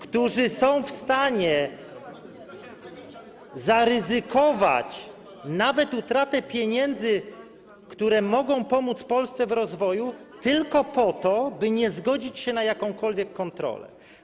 którzy są w stanie zaryzykować nawet utratę pieniędzy, które mogą pomóc Polsce w rozwoju, tylko po to, by nie zgodzić się na jakąkolwiek kontrolę.